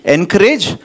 Encourage